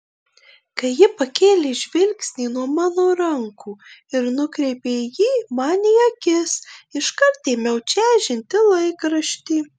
kai ji pakėlė žvilgsnį nuo mano rankų ir nukreipė jį man į akis iškart ėmiau čežinti laikraštį